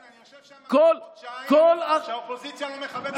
אני יושב שם חודשיים כשהאופוזיציה לא מכבדת ולא באה,